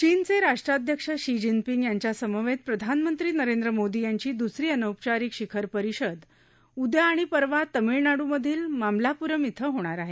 चीनचे राष्ट्राध्यक्ष Xi Jinping यांच्या समवेत प्रधानमंत्री नरेंद्र मोदी यांची दुसरी अनौपचारिक शिखर परिषदे उद्या आणि परवा तमीळनाडूमधील मामल्लापुरम येथे होणार आहे